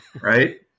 right